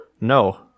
No